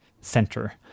center